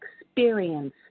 experience